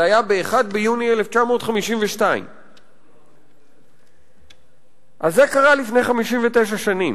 זה היה ב-1 ביוני 1952. אז זה קרה לפני 59 שנים,